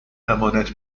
امانت